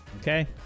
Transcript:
Okay